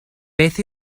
beth